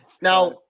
Now